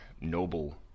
noble